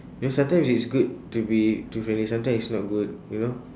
you know sometimes it's good to be too friendly sometimes it's not good you know